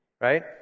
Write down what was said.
right